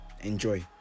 Enjoy